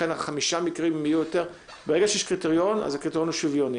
לכן, ברגע שיש קריטריון אז הקריטריון הוא שוויוני.